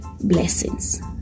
blessings